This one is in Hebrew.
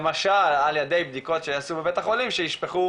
למשל על ידי בדיקות שיעשו בבית החולים שיישפכו